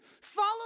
follow